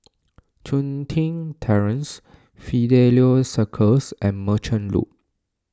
Chun Tin Terrace Fidelio Circus and Merchant Loop